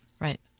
right